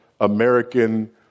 American